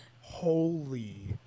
holy